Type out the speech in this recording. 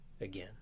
again